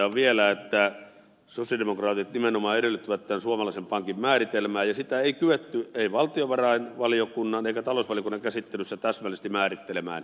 totean vielä että sosialidemokraatit nimenomaan edellyttävät tämän suomalaisen pankin määritelmää ja sitä ei kyetty valtiovarainvaliokunnan eikä talousvaliokunnan käsittelyssä täsmällisesti määrittelemään